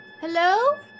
Hello